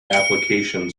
application